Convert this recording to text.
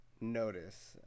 notice